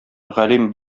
галим